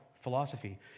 philosophy